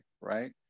right